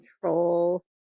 control